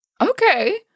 Okay